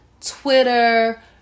Twitter